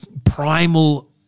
Primal